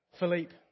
Philippe